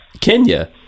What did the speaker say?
Kenya